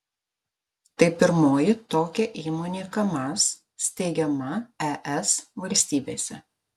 tai pirmoji tokia įmonė kamaz steigiama es valstybėse